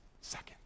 second